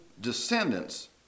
descendants